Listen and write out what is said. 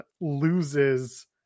loses